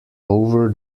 over